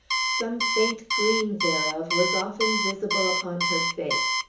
some faint gleam thereof was often visible upon her face.